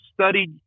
studied